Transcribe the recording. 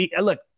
look